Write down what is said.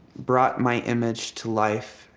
brought my image to life,